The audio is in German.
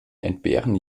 entbehren